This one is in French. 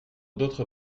d’autres